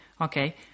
Okay